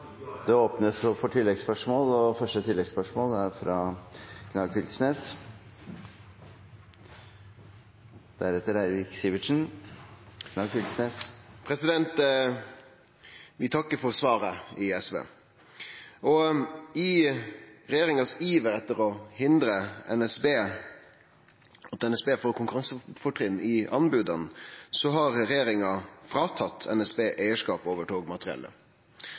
Det åpnes for oppfølgingsspørsmål – først Torgeir Knag Fylkesnes. Vi i SV takkar for svaret. I regjeringas iver etter å hindre at NSB får konkurransefortrinn i anboda, har regjeringa fråtatt NSB eigarskapen til togmateriellet.